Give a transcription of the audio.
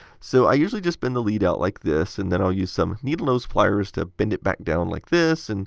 so i usually just bend the lead out like this and then i'll use some needle nose pliers to bent it back down like this. and